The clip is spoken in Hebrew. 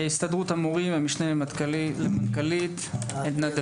הסתדרות המורים, המשנה למנכ"לית, עדנה דוד.